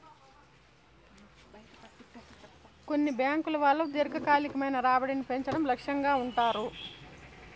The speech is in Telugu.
కొన్ని బ్యాంకుల వాళ్ళు దీర్ఘకాలికమైన రాబడిని పెంచడం లక్ష్యంగా ఉంటారు